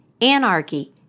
Anarchy